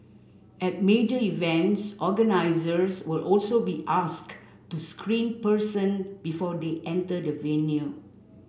at major events organisers will also be asked to screen person before they enter the venue